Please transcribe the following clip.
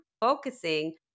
focusing